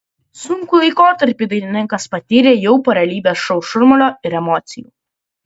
sunkų laikotarpį dainininkas patyrė jau po realybės šou šurmulio ir emocijų